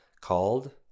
called